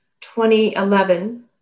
2011